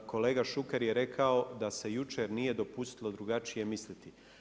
Kolega Šuker je rekao da se jučer nije dopustilo drugačije misliti.